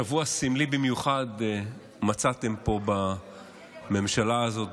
שבוע סמלי במיוחד מצאתם פה בממשלה הזאת,